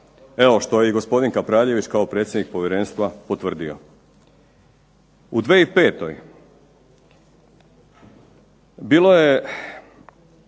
Evo što gospodin Kapraljević kao predsjednik Povjerenstva potvrdio. U 2005. bilo je